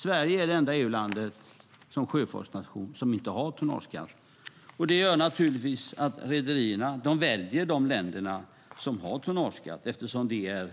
Sverige är den enda sjöfartsnationen i EU som inte har tonnageskatt. Rederierna väljer naturligtvis de länder som har tonnageskatt, eftersom den